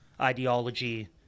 ideology